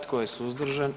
Tko je suzdržan?